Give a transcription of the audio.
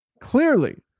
Clearly